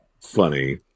funny